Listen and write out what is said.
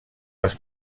les